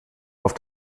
auf